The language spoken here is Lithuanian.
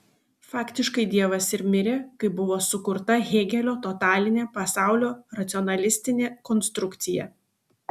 faktiškai dievas ir mirė kai buvo sukurta hėgelio totalinė pasaulio racionalistinė konstrukcija